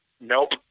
Nope